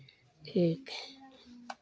ठीक है